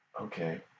Okay